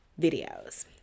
videos